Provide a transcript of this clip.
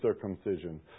circumcision